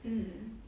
mm